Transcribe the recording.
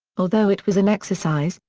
although it was an exercise,